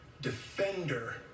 defender